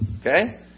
Okay